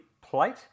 Plate